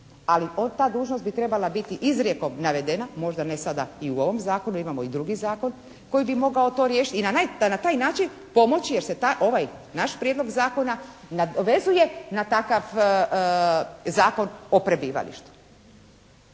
Ali ta dužnost bi trebala biti izrijekom navedena. Možda ne sada i u ovom zakonu, imamo i drugi zakon koji bi mogao to riješiti. I na naj, da na taj način pomoći jer se taj, ovaj naš Prijedlog zakona nadovezuje na takav Zakon o prebivalištu.